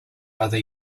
other